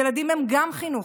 ילדים הם גם חינוך,